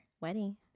wedding